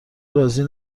رازی